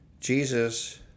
Jesus